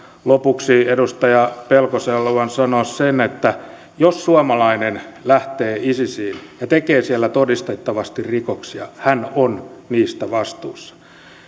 lopuksi edustaja pelkoselle haluan sanoa sen että jos suomalainen lähtee isisiin ja tekee siellä todistettavasti rikoksia hän on niistä vastuussa